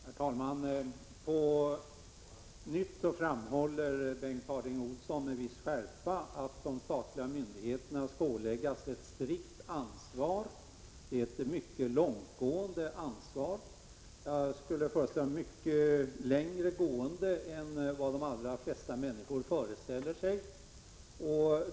Herr talman! På nytt framhåller Bengt Harding Olson med viss skärpa att de statliga myndigheterna skall åläggas ett strikt ansvar. Det är ett mycket långtgående ansvar, och jag skulle tro att det går mycket längre än vad de flesta människor föreställer sig.